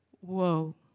Whoa